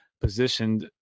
positioned